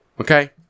Okay